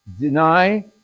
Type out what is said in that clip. deny